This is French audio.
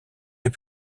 les